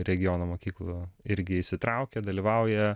regiono mokyklų irgi įsitraukia dalyvauja